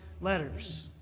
letters